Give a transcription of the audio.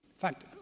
fact